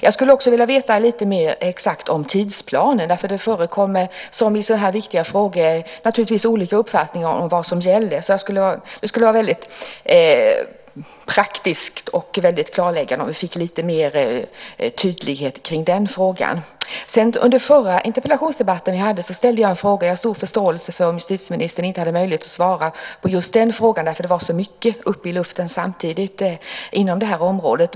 Jag skulle också vilja veta lite mer exakt vilken tidsplan som gäller. I sådana här viktiga frågor förekommer naturligtvis olika uppfattningar om vad som gäller. Det skulle vara praktiskt och bra att få ett klarläggande i den frågan. Under den förra interpellationsdebatten som vi hade ställde jag en fråga. Jag har stor förståelse för att justitieministern inte hade möjlighet att svara på just den frågan eftersom så mycket var i luften samtidigt inom det här området.